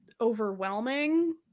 overwhelming